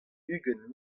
ugent